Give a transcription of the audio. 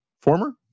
former